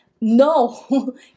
No